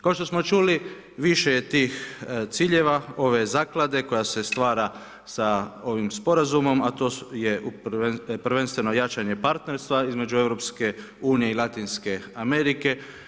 Kao što smo čuli, više je tih ciljeva ove zaklade koja se stvara sa ovim sporazumom, a to je prvenstveno jačanje partnerstva između EU-a i Latinske Amerike.